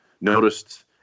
noticed